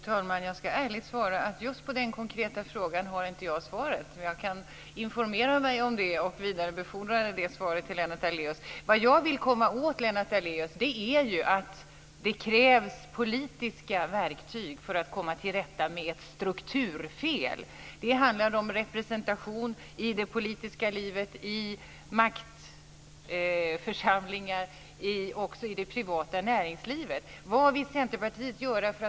Fru talman! Jag ska ärligt svara att jag just på den konkreta frågan inte har svaret. Jag kan informera mig om det och vidarebefordra det svaret till Lennart Vad jag vill komma åt, Lennart Daléus, är att det krävs politiska verktyg för att komma till rätta med ett strukturfel. Det handlar om representation i det politiska livet och i maktförsamlingar också i det privata näringslivet.